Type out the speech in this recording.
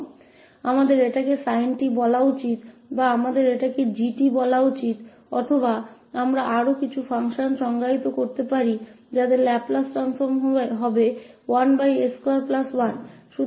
चाहे हम इसे sin 𝑡 कहें या हम इसे 𝑔𝑡 कहें या हम कई अन्य फंक्शनों को परिभाषित कर सकते हैं जिनका लाप्लास परिवर्तन 1s21 होगा